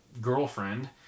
girlfriend